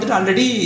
already